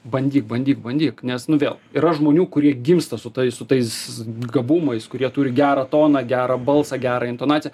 bandyk bandyk bandyk nes nu vėl yra žmonių kurie gimsta su tais su tais gabumais kurie turi gerą toną gerą balsą gerą intonaciją